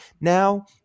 now